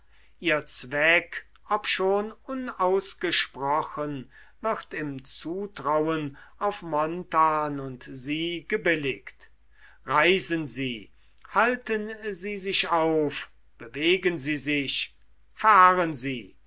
ihr zweck obschon unausgesprochen wird im zutrauen auf montan und sie gebilligt reisen sie halten sie sich auf bewegen sie sich verharren sie